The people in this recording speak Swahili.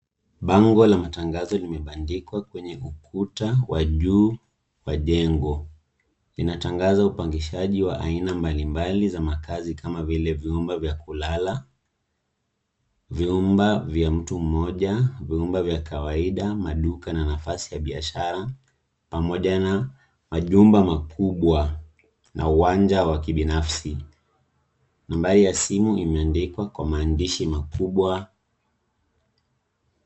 Bango la matangazo limebandikwa kwenye ukuta wa juu wa jengo. Linatangaza upangishaji wa aina za makazi kama vile vyumba vya kulala, vyumba vya mtu mmoja, vyumba vya kawaida maduka na nafasi ya biashara pamoja na majumba makubwa na uwanja wa kibinafsi nambari ya simu imeandikwa kwa maandishi makubwa.